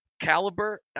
caliber